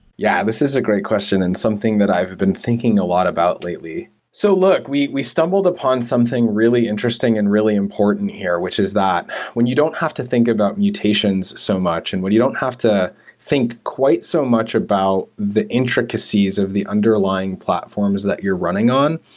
yeah, this is a great question and something that i've been thinking a lot about lately. so, look, we we stumbled upon something really interesting and really important here, which is that when you don't have to think about mutations so much and when you don't have to think quite so much about the intricacies of the under lying platforms that you're running on,